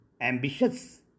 ambitious